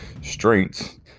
strengths